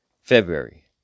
February